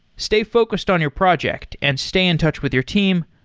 stay focused on your project and stay in touch with your team.